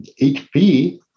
HP